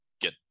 get